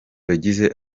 yagize